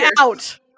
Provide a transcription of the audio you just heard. out